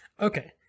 Okay